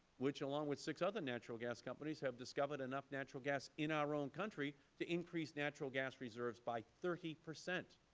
which, along with six other natural gas companies, have discovered enough natural gas in our own country to increase natural gas reserves by thirty percent.